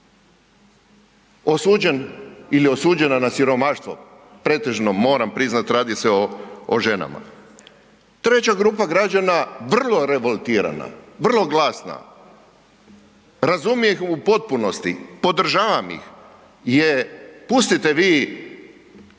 osuđen ili osuđena na siromaštvo? Pretežno, moram priznat radi se o, o ženama. Treća grupa građana vrlo revoltirana, vrlo glasna. Razumijem ih u potpunosti, podržavam ih je, pustite vi